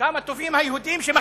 וכל זה קורה במדינה שעדיין